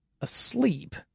asleep